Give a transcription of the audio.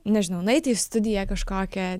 nežinau nueiti į studiją kažkokią